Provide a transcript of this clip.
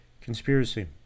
conspiracy